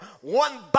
one